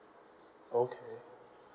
okay